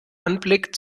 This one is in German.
anblick